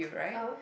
ah